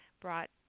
brought